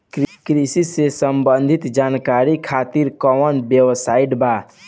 कृषि से संबंधित जानकारी खातिर कवन वेबसाइट बा?